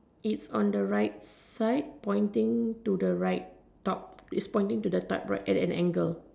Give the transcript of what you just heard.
it's on the right side pointing to the right top it's pointing to the type right at an angle